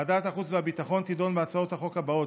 ועדת החוץ והביטחון תדון בהצעות החוק האלה: